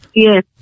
Yes